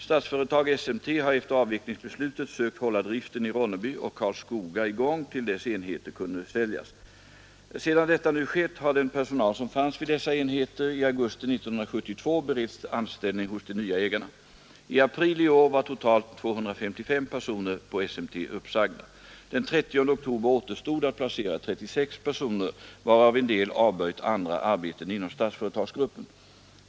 Statsföretag/SMT har efter avvecklingsbeslutet sökt hålla driften i Ronneby och Karlskoga i gång tills dessa enheter kunde säljas. Sedan detta nu skett har den personal som fanns vid dessa enheter i augusti 1972 beretts anställning hos de nya ägarna. I april i år var totalt 255 personer på SMT uppsagda. Den 30 oktober återstod att placera 36 personer, varav en del avböjt andra arbeten inom Statsföretagsgruppen.